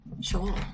Sure